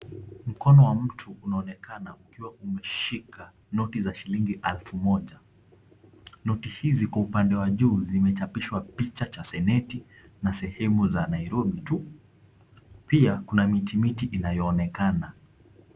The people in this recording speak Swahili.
Mkono wa mtu unaonekana ukiwa umeshika noti za shilingi elfu moja. Noti hizi kwa upande wa juu zimechapishwa picha cha seneti na sehemu za Nairobi tu. Pia kuna miti miti inayoonekana.